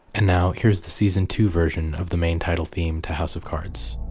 and now here's the season two version of the main title theme to house of cards.